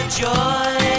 joy